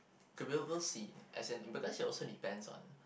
okay we'll we'll see as in because it also depends on